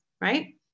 right